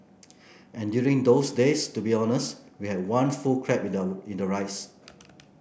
and during those days to be honest we had one full crab in the in the rice